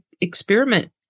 experiment